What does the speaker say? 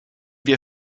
wir